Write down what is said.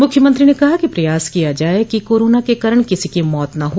मुख्यमंत्री ने कहा कि प्रयास किया जाये कि कोरोना के कारण किसी की मौत न हो